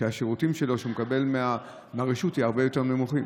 השירותים שהוא מקבל מהרשות הם הרבה יותר נמוכים.